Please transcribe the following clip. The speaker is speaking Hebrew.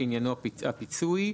שעניינו הפיצוי,